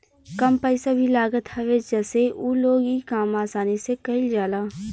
कम पइसा भी लागत हवे जसे उ लोग इ काम आसानी से कईल जाला